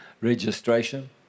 registration